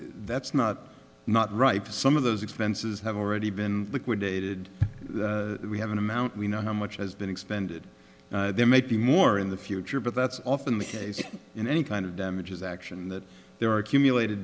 that's not not right to some of those expenses have already been liquidated we have an amount we know how much has been expended there may be more in the future but that's often the case in any kind of damages action that there are accumulat